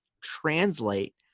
translate